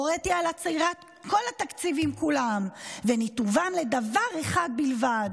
הוריתי על עצירת כל התקציבים כולם וניתובם לדבר אחד בלבד: